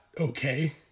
okay